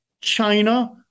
China